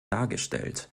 dargestellt